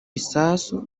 bisasu